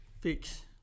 fix